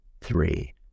three